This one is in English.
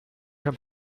can